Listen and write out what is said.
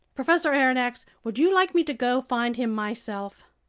professor aronnax, would you like me to go find him myself?